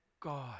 God